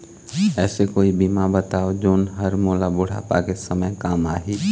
ऐसे कोई बीमा बताव जोन हर मोला बुढ़ापा के समय काम आही?